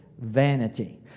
vanity